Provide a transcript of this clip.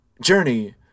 journey